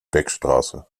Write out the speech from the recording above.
beckstraße